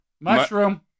Mushroom